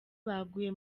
baguye